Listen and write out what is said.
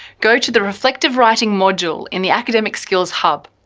go to the reflective writing module in the academic skills hub.